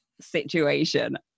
situation